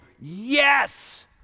Yes